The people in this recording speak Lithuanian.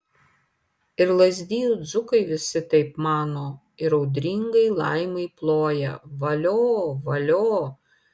ir lazdijų dzūkai visi taip mano ir audringai laimai ploja valio valio